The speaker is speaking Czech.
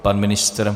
Pan ministr?